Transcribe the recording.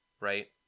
right